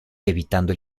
evitando